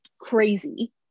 crazy